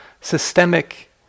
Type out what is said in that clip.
systemic